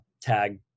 tag